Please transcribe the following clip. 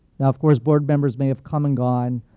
now, of course, board members may have come and gone,